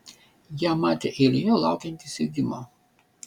ją matė eilėje laukiant įsėdimo